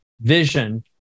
vision